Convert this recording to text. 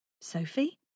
Sophie